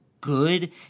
good